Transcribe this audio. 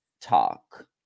talk